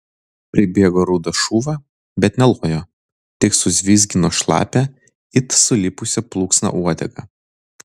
pribėgo rudas šuva bet nelojo tik suvizgino šlapią it sulipusi plunksna uodegą